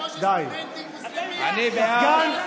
די.